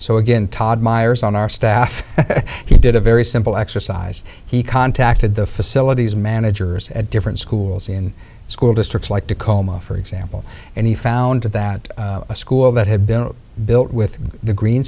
so again todd myers on our staff he did a very simple exercise he contacted the facilities managers at different schools in the school districts like tacoma for example and he found that a school that had been built with the green